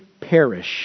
perish